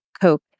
coke